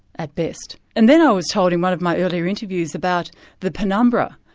at best. and then i was told in one of my earlier interviews about the penumbra.